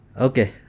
Okay